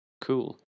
cool